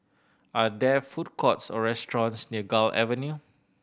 are there food courts or restaurants near Gul Avenue